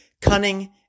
cunning